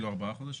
4 חודשים?